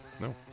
No